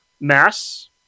mass